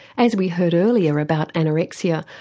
as we heard earlier about anorexia,